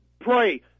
pray